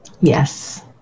Yes